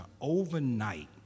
overnight